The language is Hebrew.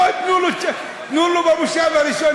בואו תנו לו במושב הראשון.